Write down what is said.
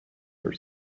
are